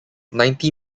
ninety